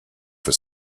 for